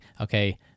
okay